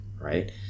right